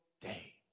day